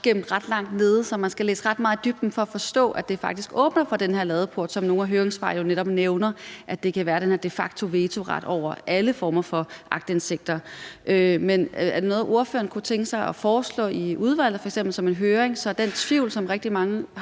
gemt ret langt nede, så man skal læse ret meget i dybden for at forstå, at det faktisk åbner den her ladeport, som nogle af høringssvarene jo netop nævner, med, at det kan være den her de facto-vetoret over alle former for aktindsigter. Er det noget, ordføreren kunne tænke sig at foreslå i udvalget, f.eks. som en høring, så den tvivl, som rigtig mange